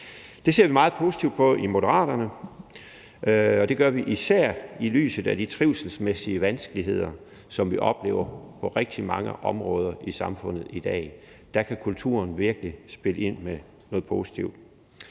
Det ser vi meget positivt på i Moderaterne, og det gør vi især i lyset af de trivselsmæssige vanskeligheder, som vi oplever på rigtig mange områder i samfundet i dag. Der kan kulturen virkelig spille ind med noget positivt.